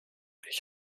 ich